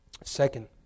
Second